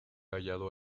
hallado